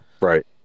Right